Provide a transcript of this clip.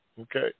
okay